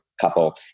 couple